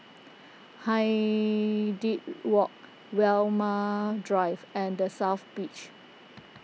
Hindhede Walk Walmer Drive and the South Beach